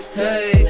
hey